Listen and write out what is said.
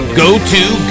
go-to